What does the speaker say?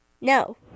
No